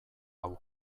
hau